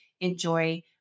enjoy